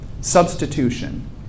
substitution